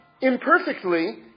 imperfectly